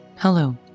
Hello